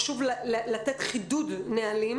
חשוב לתת חידוד נהלים.,